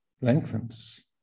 lengthens